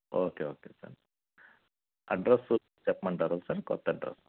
okay okay sir address చెప్పమంటారా sir కొత్త address